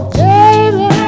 baby